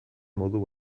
modu